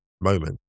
moment